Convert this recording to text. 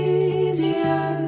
easier